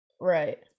right